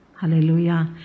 Hallelujah